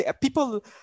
People